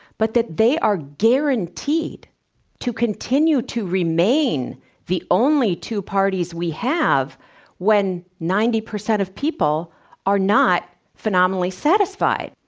but that they are guaranteed to continue to remain the only two parties we have when ninety percent of people are not phenomenally satisfied.